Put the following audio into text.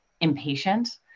impatient